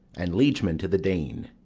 and liegemen to the dane.